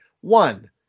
One